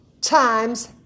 times